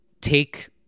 take